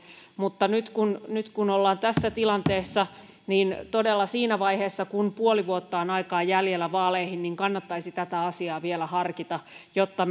mutta nyt kun nyt kun ollaan tässä tilanteessa niin todella siinä vaiheessa kun puoli vuotta on aikaa jäljellä vaaleihin kannattaisi tätä asiaa vielä harkita jotta